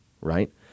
right